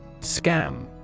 Scam